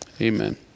Amen